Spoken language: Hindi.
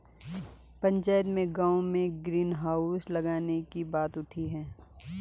पंचायत में गांव में ग्रीन हाउस लगाने की बात उठी हैं